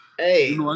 Hey